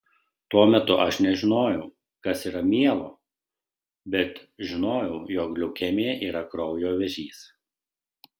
tuo metu aš nežinojau kas yra mielo bet žinojau jog leukemija yra kraujo vėžys